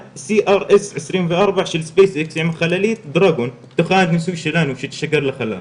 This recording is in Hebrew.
CRS 24 של SPACE X עם החללית דרגון בתוכה הניסוי שלנו שתשוגר לחלל.